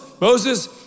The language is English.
Moses